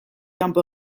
kanpo